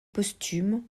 posthumes